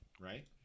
right